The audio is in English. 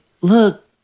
look